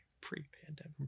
Pre-pandemic